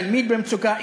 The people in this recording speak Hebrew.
תלמיד במצוקה,